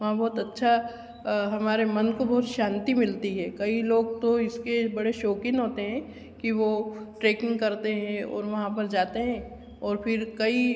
वहाँ बहुत अच्छा हमारे मन को बहुत शांति मिलती है कई लोग तो इसके बड़े शौकीन होते हैं कि वो ट्रेकिंग करते हैं ओर वहाँ पर जाते हें ओर फिर कई